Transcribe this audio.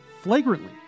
flagrantly